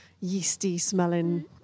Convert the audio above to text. yeasty-smelling